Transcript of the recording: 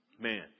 Man